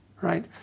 right